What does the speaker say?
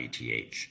.eth